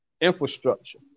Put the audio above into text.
infrastructure